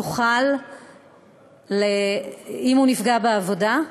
אם הוא נפגע בעבודה,